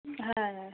হয় হয়